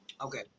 okay